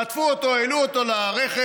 הם חטפו אותו, העלו אותו לרכב,